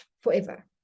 forever